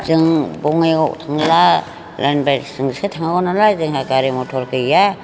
जों बङाइयाव थांब्ला लाइन बासजोंसो थाङोमोन नालाय जोंहा गारि मटर गैया